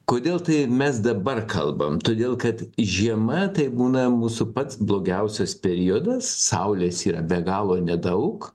kodėl tai mes dabar kalbam todėl kad žiema tai būna mūsų pats blogiausias periodas saulės yra be galo nedaug